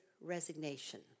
resignation